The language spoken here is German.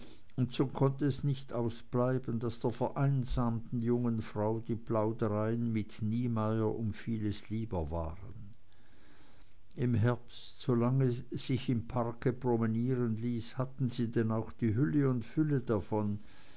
und so konnte es nicht ausbleiben daß der vereinsamten jungen frau die plaudereien mit niemeyer um vieles lieber waren im herbst solange sich im parke promenieren ließ hatte sie denn auch die hülle und fülle davon